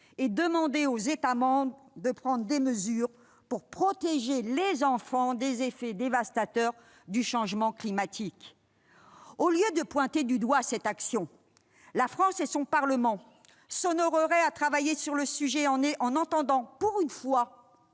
et demander aux États membres de prendre les mesures nécessaires pour protéger les enfants des effets dévastateurs du changement climatique. Au lieu de pointer du doigt cette action, la France et son parlement s'honoreraient à travailler sur le sujet en entendant, pour une fois,